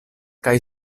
kaj